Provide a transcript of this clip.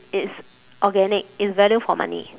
it's organic it's value for money